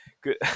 good